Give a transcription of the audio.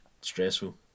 stressful